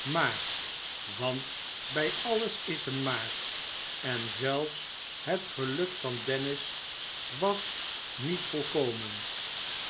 maar want bij alles is een maar en zelfs het geluk van dennis was niet volkomen